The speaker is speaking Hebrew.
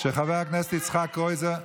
של חבר הכנסת יצחק קרויזר.